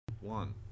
One